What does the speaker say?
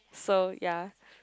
so ya